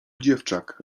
dziewczak